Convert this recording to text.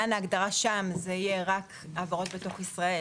ההגדרה "שם" שזה יהיה רק העברות בתוך ישראל,